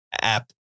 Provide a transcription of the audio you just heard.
app